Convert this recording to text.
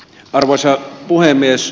arvoisa puhemies